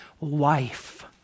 life